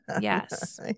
Yes